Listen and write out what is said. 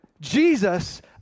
Jesus